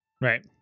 Right